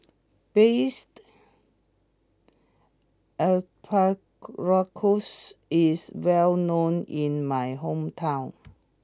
Braised Asparagus is well known in my hometown